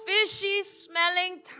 fishy-smelling